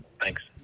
Thanks